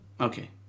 Okay